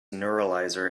neuralizer